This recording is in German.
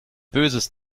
böses